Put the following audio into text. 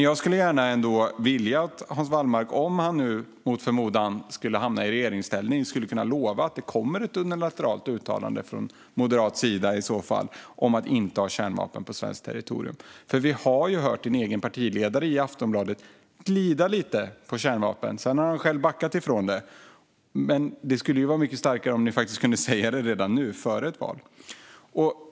Jag skulle ändå vilja att Hans Wallmark lovar att det, om de mot förmodan skulle hamna i regeringsställning, kommer ett unilateralt uttalande från Moderaternas sida om att inte ha kärnvapen på svenskt territorium. Vi har ju sett att Moderaternas partiledare i Aftonbladet gled lite i kärnvapenfrågan. Sedan har han backat från det. Men det skulle vara mycket starkare om ni kunde säga det redan nu, före valet.